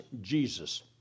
Jesus